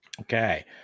Okay